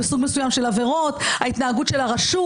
בסוג מסוים של עבירות; מההתנהגות של הרשות